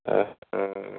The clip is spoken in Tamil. ஆ ஆ ஆ